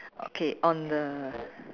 okay on the